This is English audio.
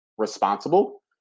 responsible